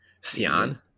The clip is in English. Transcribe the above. Sian